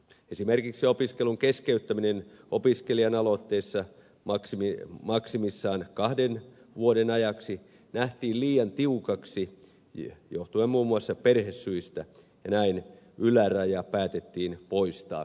esimerkiksi opiskelun keskeyttäminen opiskelijan aloitteesta maksimissaan kahden vuoden ajaksi johtuen muun muassa perhesyistä nähtiin liian tiukaksi ja näin yläraja päätettiin poistaa kokonaan